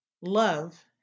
love